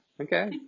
Okay